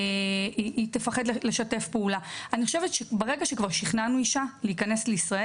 אני מקווה שגם זה יוכל להביא לעלייה במספר